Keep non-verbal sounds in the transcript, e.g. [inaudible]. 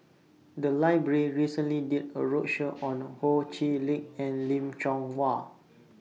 The Library recently did A roadshow on Ho Chee Lick and Lim Chong [unintelligible]